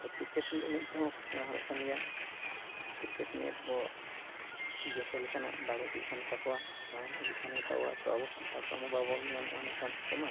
ᱛᱚ ᱠᱨᱤᱠᱮᱴ ᱮᱱᱮᱡ ᱛᱮ ᱦᱚᱸ ᱠᱚ ᱥᱮᱬᱟ ᱦᱚᱲᱚᱜ ᱠᱟᱱ ᱜᱮᱭᱟ ᱠᱨᱤᱠᱮᱴ ᱮᱱᱮᱡ ᱨᱮ ᱦᱚᱸ ᱡᱚᱛᱚ ᱞᱮᱠᱟᱱᱟᱜ ᱫᱟᱲᱮ ᱦᱤᱡᱩᱜ ᱠᱟᱱ ᱛᱟᱠᱚᱣᱟ ᱛᱚ ᱟᱵᱚ ᱥᱟᱱᱛᱟᱲ ᱠᱚᱣᱟᱜᱢᱟ ᱵᱟᱵᱚᱱ ᱧᱟᱢᱮᱜᱼᱟ ᱚᱱᱟ ᱪᱟᱱᱥ ᱠᱚᱢᱟ